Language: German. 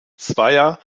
zweier